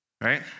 Right